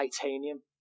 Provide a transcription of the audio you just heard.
titanium